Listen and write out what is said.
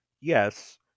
Yes